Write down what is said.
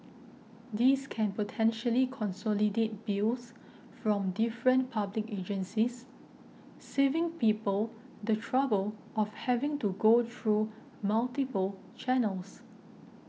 this can potentially consolidate bills from different public agencies saving people the trouble of having to go through multiple channels